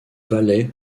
valet